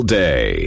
day